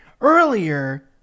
earlier